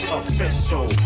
official